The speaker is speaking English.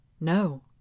No